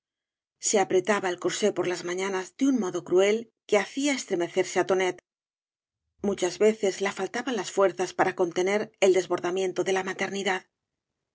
se apretaba el coreé por las mañanas de un modo cruel que hacía eiremecerse á tonet muchas veces la faltaban las fuerzas para contener el desbordamiento de la maternidad